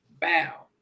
bow